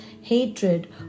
hatred